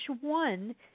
one